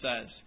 says